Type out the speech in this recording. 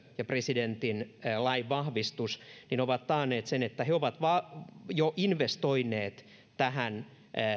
ja presidentin lainvahvistus ovat taanneet sen että he ovat jo investoineet tähän